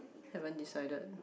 haven't decided